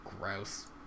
gross